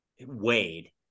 Wade